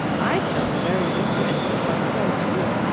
i felt very ignorant, but what could i do?